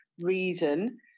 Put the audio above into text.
reason